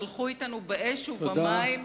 שהלכו אתנו באש ובמים,